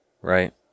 Right